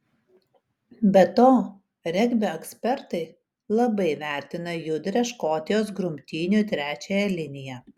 be to regbio ekspertai labai vertina judrią škotijos grumtynių trečiąją liniją